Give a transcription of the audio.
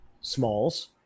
Smalls